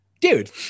dude